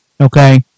okay